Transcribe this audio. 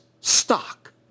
stock